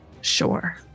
Sure